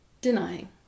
denying